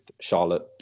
Charlotte